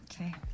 Okay